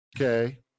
Okay